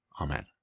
Amen